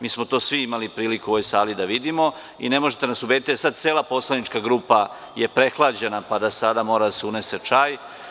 Mi smo to svi imali priliku u ovoj sali da vidimo i ne možete nas ubediti da je sada cela poslanička grupa prehlađena, pa da mora da se unese čaj.